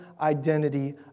identity